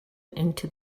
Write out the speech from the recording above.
into